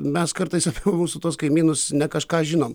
mes kartais apie mūsų tuos kaimynus ne kažką žinom